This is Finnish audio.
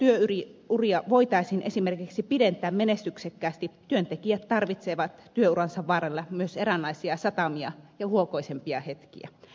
jotta työuria voitaisiin esimerkiksi pidentää menestyksekkäästi työntekijät tarvitsevat työuransa varrella myös eräänlaisia satamia ja huokoisempia hetkiä